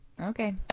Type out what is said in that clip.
Okay